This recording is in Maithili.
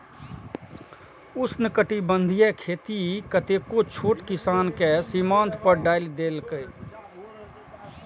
उष्णकटिबंधीय खेती कतेको छोट किसान कें सीमांत पर डालि देलकै